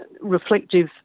reflective